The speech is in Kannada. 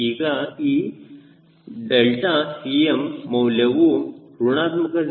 ಈಗ ಈ ∆𝐶m ಮೌಲ್ಯವು ಋಣಾತ್ಮಕ 0